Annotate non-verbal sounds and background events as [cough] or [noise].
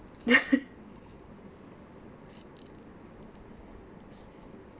[laughs]